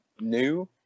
new